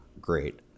great